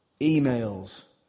emails